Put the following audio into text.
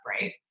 Right